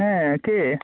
হ্যাঁ কে